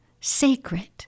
sacred